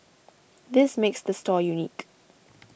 this makes the store unique